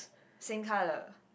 same colour